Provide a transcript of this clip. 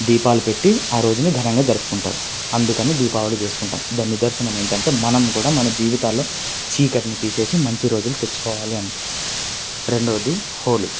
దీపాలు పెట్టి ఆ రోజున ఘనంగా జరుపుకుంటారు అందుకని దీపావళి చేసుకుంటాము దాని నిదర్శనం ఏంటంటే మనం కూడా మన జీవితాల్లో చీకటిని తీసేసి మంచి రోజులు తెచ్చుకోవాలి అని రెండవది హోలీ